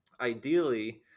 Ideally